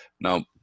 Now